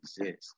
exist